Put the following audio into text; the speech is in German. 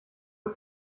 ist